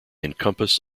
encompass